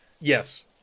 yes